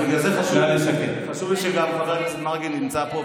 בגלל זה חשוב לי שגם חבר הכנסת מרגי נמצא פה,